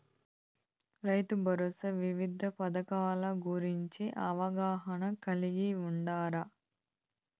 రైతుభరోసా వివిధ పథకాల గురించి అవగాహన కలిగి వుండారా?